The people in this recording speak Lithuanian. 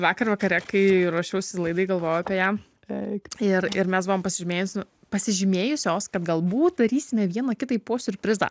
vakar vakare kai ruošiausi laidai galvojau apie ją e ir ir mes buvome pasižymėjusios pasižymėjusios kad galbūt darysime viena kitai po siurprizą